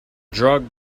drug